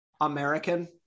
American